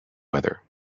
weather